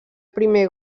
primer